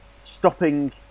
stopping